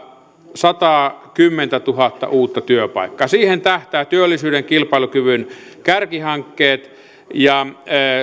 sataakymmentätuhatta uutta työpaikkaa siihen tähtäävät työllisyyden kilpailukyvyn kärkihankkeet ja